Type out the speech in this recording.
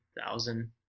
thousand